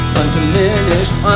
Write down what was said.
undiminished